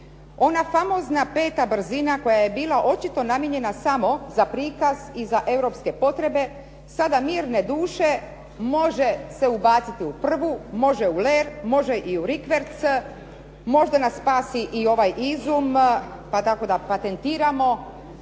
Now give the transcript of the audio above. Ona famozna peta brzina koja je bila očito namijenjena samo za prikaz i za europske potrebe sada mirne duše može se ubaciti u prvu, može u ler, može i u rikverc, možda nas spasi i ovaj izum pa tako da patentiramo.